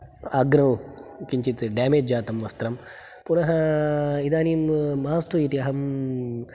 आग्रौ किञ्चित् डेमेज् जातं वस्त्रं पुनः इदानीं मास्तु इति अहं